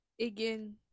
Again